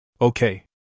Okay